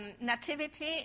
Nativity